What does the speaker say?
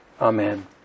Amen